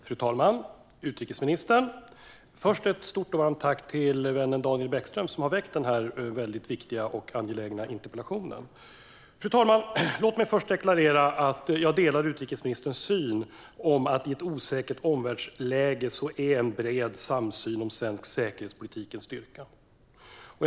Fru talman! Utrikesministern! Först vill jag rikta ett stort och varmt tack till vännen Daniel Bäckström, som har ställt denna väldigt viktiga och angelägna interpellation. Fru talman! Låt mig först deklarera att jag delar utrikesministerns syn att en bred samsyn om svensk säkerhetspolitik är en styrka i ett osäkert omvärldsläge.